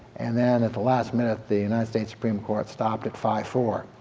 and then at the last minute the united states supreme court stopped at five four